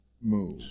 move